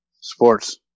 Sports